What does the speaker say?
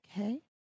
Okay